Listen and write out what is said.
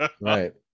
Right